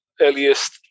earliest